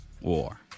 war